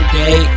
day